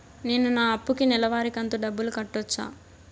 నేను నా అప్పుకి నెలవారి కంతు డబ్బులు కట్టొచ్చా?